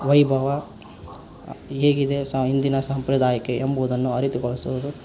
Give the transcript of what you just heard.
ವೈಭವ ಹೇಗಿದೆ ಸ ಹಿಂದಿನ ಸಂಪ್ರದಾಯಕ್ಕೆ ಎಂಬುವುದನ್ನು ಅರಿತುಗೊಳಿಸುವುದು